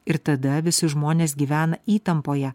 ir tada visi žmonės gyvena įtampoje